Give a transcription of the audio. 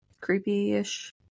creepy-ish